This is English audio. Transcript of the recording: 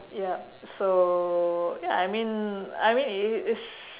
ya so ya I mean I mean it is